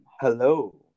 Hello